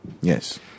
Yes